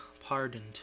pardoned